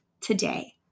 today